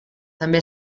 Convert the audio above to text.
també